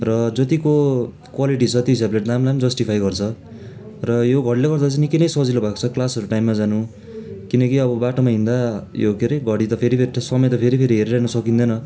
र जतिको क्वालिटी छ त्यो हिसाबले दामलाई पनि जस्टिफाई गर्छ र यो घडीले गर्दा चाहिँ निकै नै सजिलो भएको छ क्लासहरू टाइममा जानु किनकि अब बाटोमा हिँड्दा यो के रे घडी त फेरि फेरि त समय त फेरिफेरि हेरिरहनु सकिँदैन